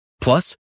Plus